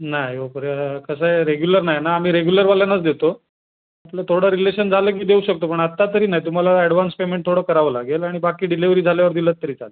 नाही हो कुरिअर कसं आहे रेगुलर नाही ना आम्ही रेगुलरवाल्यांनाच देतो आपलं थोडं रिलेशन झालं की देऊ शकतो पण आत्ता तरी नाही तुम्हाला ॲडव्हान्स पेमेंट थोडं करावं लागेल आणि बाकी डिलेवरी झाल्यावर दिलंत तरी चालेल